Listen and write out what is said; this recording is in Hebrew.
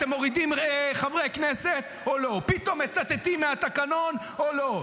אתם מורידים חברי כנסת או לא,